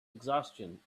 exhaustion